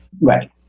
Right